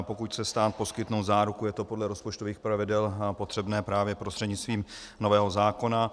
Pokud chce stát poskytnout záruku, je to podle rozpočtových pravidel potřebné právě prostřednictvím nového zákona.